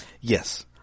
Yes